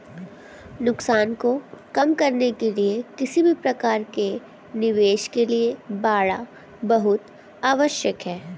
नुकसान को कम करने के लिए किसी भी प्रकार के निवेश के लिए बाड़ा बहुत आवश्यक हैं